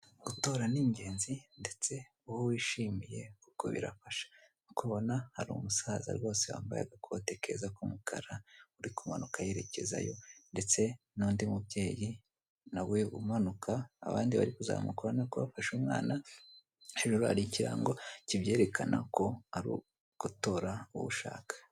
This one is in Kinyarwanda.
Gutora ni ingenzi ndetse uwo wishimiye kuko birafasha, ukabona hari umusaza rwose wambaye agakote keza k'umukara, uri kumanuka yerekezayo, ndetse n'undi mubyeyi na we umanuka, abandi bari kuzamuka, urabona ko bafasha umwana hano rero hari ikirango kibyerekana ko ari ugutora uwo ushaka.